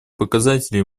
показателей